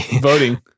Voting